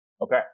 Okay